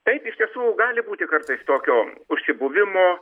taip iš tiesų gali būti kartais tokio užsibuvimo